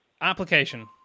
Application